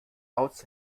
aus